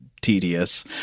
tedious